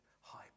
high